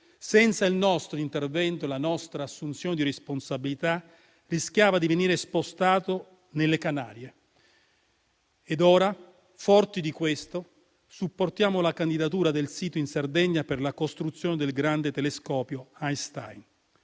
Senza il nostro intervento e la nostra assunzione di responsabilità, rischiava di venire spostato nelle Canarie. Ora, forti di questo, supportiamo la candidatura del sito in Sardegna per la costruzione del grande Telescopio Einstein.